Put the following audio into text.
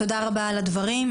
תודה רבה על הדברים.